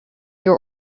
your